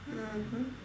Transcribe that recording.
mmhmm